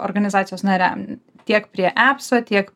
organizacijos nariam tiek prie apso tiek